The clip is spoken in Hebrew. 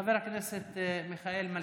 חבר הכנסת מיכאל מלכיאלי.